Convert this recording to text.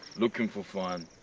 looking for fun,